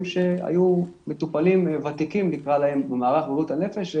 שהיו מטופלים ותיקים במערך בריאות הנפש,